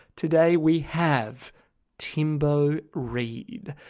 today, we have timbo reid.